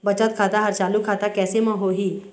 बचत खाता हर चालू खाता कैसे म होही?